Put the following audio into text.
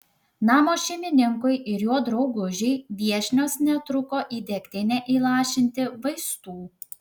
namo šeimininkui ir jo draugužiui viešnios netruko į degtinę įlašinti vaistų